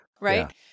right